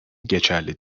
geçerli